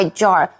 jar